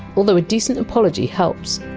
although a decent apology helps.